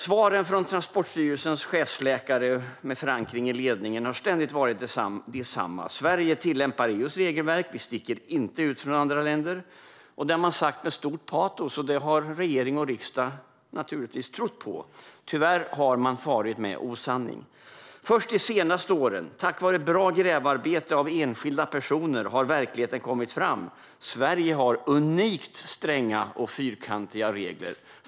Svaret från Transportstyrelsens chefsläkare, med förankring i ledningen, har ständigt varit detsamma. Sverige tillämpar EU:s regelverk. Vi sticker inte ut jämfört med andra länder. Det har man sagt med stort patos, och det har regering och riksdag naturligtvis trott på. Tyvärr har man farit med osanning. Först de senaste åren har verkligheten kommit fram, tack vare bra grävarbete av enskilda personer. Sverige har unikt stränga och fyrkantiga regler.